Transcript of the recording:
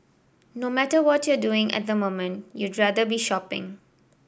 no matter what you're doing at the moment you'd rather be shopping